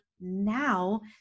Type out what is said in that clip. now